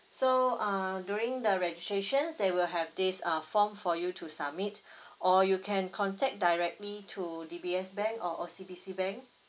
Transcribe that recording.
so uh during the registrations they will have this uh form for you to submit or you can contact directly to D_B_S bank or O_C_B_C bank